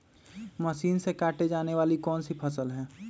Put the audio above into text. Machine से काटे जाने वाली कौन सी फसल है?